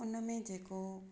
उन में जेको